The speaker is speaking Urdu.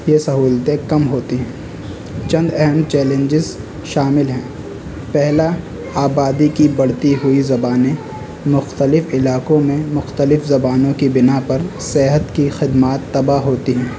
یہ سہولتیں کم ہوتی ہیں چند اہم چیلنجز شامل ہیں پہلا آبادی کی بڑھتی ہوئی زبانیں مختلف علاقوں میں مختلف زبانوں کی بنا پر صحت کی خدمات تباہ ہوتی ہیں